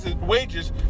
wages